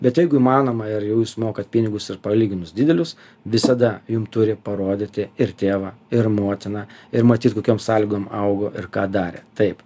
bet jeigu įmanoma ir jau jūs mokat pinigus ir palyginus didelius visada jum turi parodyti ir tėvą ir motiną ir matyt kokiom sąlygom augo ir ką darė taip